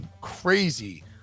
crazy